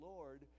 Lord